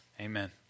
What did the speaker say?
Amen